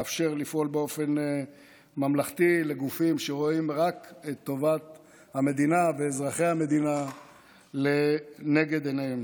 לאפשר לגופים שרואים רק את טובת המדינה ואזרחי המדינה לנגד עיניהם